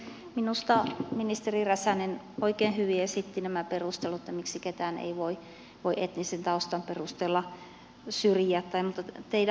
minusta ministeri räsänen oikein hyvin esitti nämä perustelut sille miksi ketään ei voi etnisen taustan perusteella syrjiä